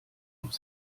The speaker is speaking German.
auf